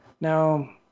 Now